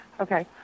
Okay